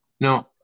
No